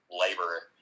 labor